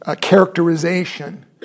characterization